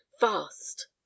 fast